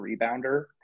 rebounder